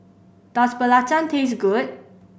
does belacan taste good